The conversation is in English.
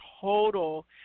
total